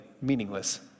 Meaningless